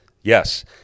yes